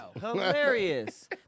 Hilarious